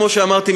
כמו שאמרתי,